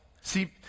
See